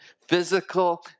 physical